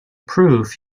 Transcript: proof